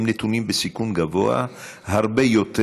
הם נתונים בסיכון גבוה הרבה יותר,